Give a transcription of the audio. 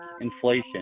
inflation